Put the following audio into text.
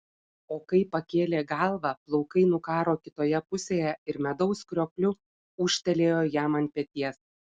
o kai pakėlė galvą plaukai nukaro kitoje pusėje ir medaus kriokliu ūžtelėjo jam ant peties